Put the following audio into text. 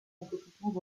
compétitions